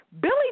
Billy